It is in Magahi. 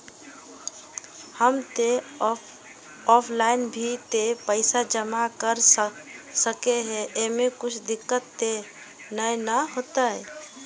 हम ते ऑफलाइन भी ते पैसा जमा कर सके है ऐमे कुछ दिक्कत ते नय न होते?